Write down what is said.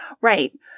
right